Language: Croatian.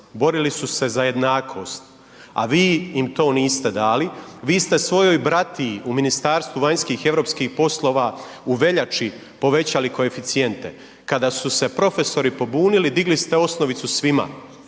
borili su se za jednakost, a vi im to niste dali. Vi ste svojoj bratiji u Ministarstvu vanjskih i europskih poslova u veljači povećali koeficijente. Kada su se profesori pobunili, digli ste osnovicu svima.